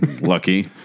lucky